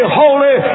holy